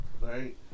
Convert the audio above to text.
Right